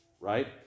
right